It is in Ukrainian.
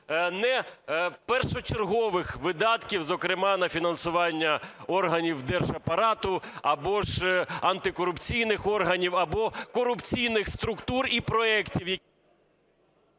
не першочергових видатків, зокрема на фінансування органів держапарату або ж антикорупційних органів, або корупційних структур і проектів, які...